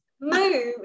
move